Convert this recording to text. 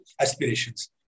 aspirations